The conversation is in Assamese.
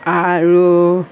আৰু